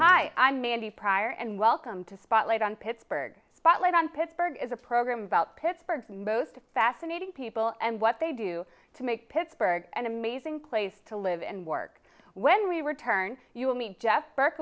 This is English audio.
hi i'm mandy pryor and welcome to spotlight on pittsburgh spotlight on pittsburgh is a program about pittsburgh both fascinating people and what they do to make pittsburgh an amazing place to live and work when we return you'll meet jeff